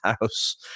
house